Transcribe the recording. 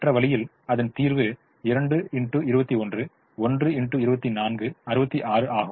மற்ற வழியில் அதன் தீர்வு 66 ஆகும்